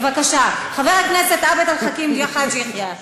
בבקשה, חבר הכנסת עבד אל חכים חאג' יחיא.